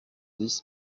dix